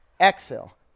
Exhale